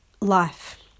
life